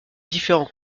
différents